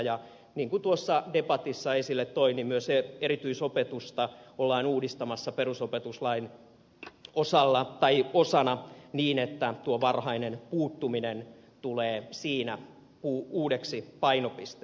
niin kuin tuossa debatissa esille toin myös erityisopetusta ollaan uudistamassa perusopetuslain osana niin että tuo varhainen puuttuminen tulee siinä uudeksi painopisteeksi